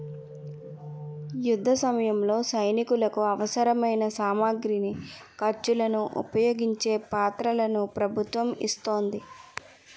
యుద్ధసమయంలో సైనికులకు అవసరమైన సామగ్రిని, ఖర్చులను ఉపయోగించే పత్రాలను ప్రభుత్వం ఇస్తోంది